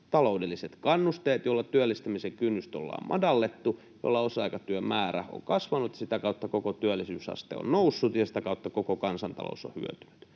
taloudelliset kannusteet, joilla työllistämisen kynnystä ollaan madallettu, joilla osa-aikatyön määrä on kasvanut, ja sitä kautta koko työllisyysaste on noussut, ja sitä kautta koko kansantalous on hyötynyt.